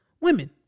women